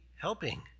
helping